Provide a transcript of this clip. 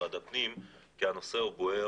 ובמשרד הפנים כי הנושא בוער.